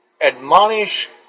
admonish